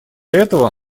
этого